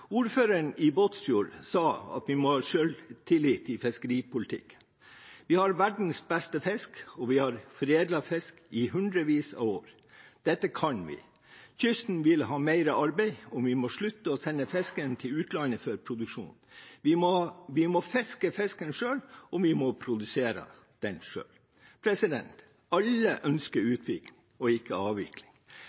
Ordføreren i Båtsfjord sa at vi må ha selvtillit i fiskeripolitikken. Vi har verdens beste fisk, og vi har foredlet fisk i hundrevis av år. Dette kan vi. Kysten vil ha mer arbeid, og vi må slutte å sende fisken til utlandet for produksjon. Vi må fiske fisken selv, og vi må produsere den selv. Alle ønsker utvikling, ikke avvikling.